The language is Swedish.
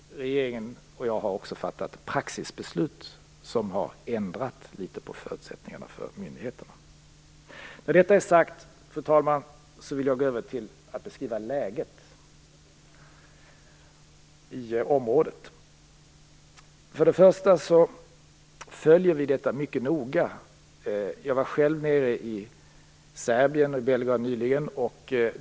Regeringen och jag har också fattat praxisbeslut som har ändrat litet på förutsättningarna för myndigheterna. Fru talman! När detta är sagt vill jag gå över till att beskriva läget i området. Till att börja med följer vi utvecklingen mycket noga. Jag var själv nyligen nere i Serbien och Belgrad.